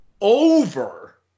over